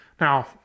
Now